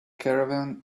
caravan